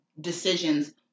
decisions